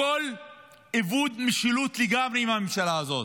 הכול איבוד משילות לגמרי עם הממשלה הזאת.